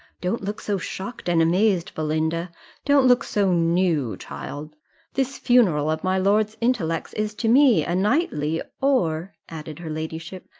don't look so shocked and amazed, belinda don't look so new, child this funeral of my lord's intellects is to me a nightly, or, added her ladyship,